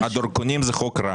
הדרכונים זה חוק רע.